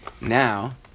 Now